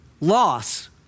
loss